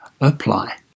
apply